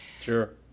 sure